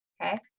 okay